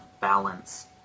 balance